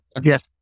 Yes